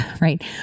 right